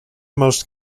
most